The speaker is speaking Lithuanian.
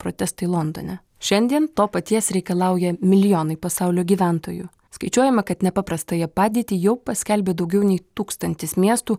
protestai londone šiandien to paties reikalauja milijonai pasaulio gyventojų skaičiuojama kad nepaprastąją padėtį jau paskelbė daugiau nei tūkstantis miestų